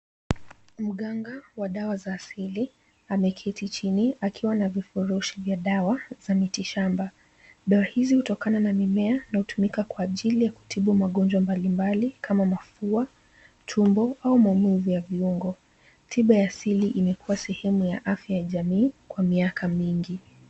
Mganga wa dawa za asili ameketi chini, akiwa na vifurushi vya dawa za miti shamba. Dawa hizi hutokana na mimea na hutumika kwa ajili ya kutibu magonjwa mbalimbali kama mafua, tumbo au maumivu ya viungo. Tiba ya asili imekuwa sehemu ya afya ya jamii kwa miaka mingi.